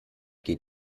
geht